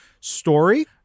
story